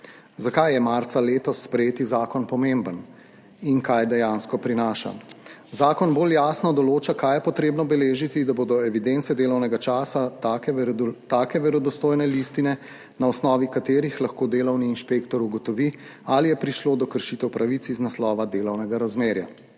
Zakaj je marca letos sprejeti zakon pomemben in kaj dejansko prinaša? Zakon bolj jasno določa, kaj je potrebno beležiti, da bodo evidence delovnega časa take verodostojne listine, na osnovi katerih lahko delovni inšpektor ugotovi, ali je prišlo do kršitev pravic iz naslova delovnega razmerja.